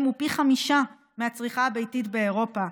הוא פי חמישה מהצריכה הביתית באירופה,